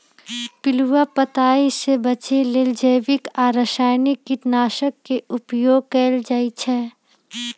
पिलुआ पताइ से बचे लेल जैविक आ रसायनिक कीटनाशक के उपयोग कएल जाइ छै